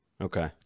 Okay